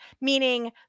meaning